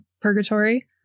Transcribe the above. purgatory